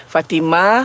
Fatima